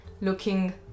looking